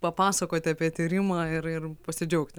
papasakoti apie tyrimą ir ir pasidžiaugti